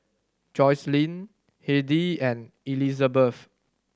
Joycelyn Hedy and Elisabeth